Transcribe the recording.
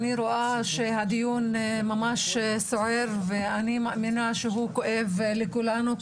אני רואה שהדיון ממש סוער ואני מאמינה שהוא כואב לכולנו,